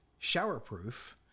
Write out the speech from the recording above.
showerproof